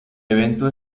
evento